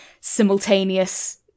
simultaneous